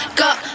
got